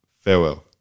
Farewell